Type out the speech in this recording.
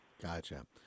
Gotcha